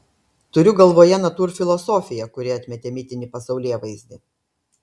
turiu galvoje natūrfilosofiją kuri atmetė mitinį pasaulėvaizdį